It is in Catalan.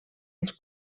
els